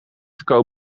gekomen